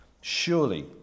Surely